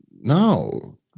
no